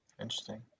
interesting